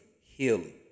healing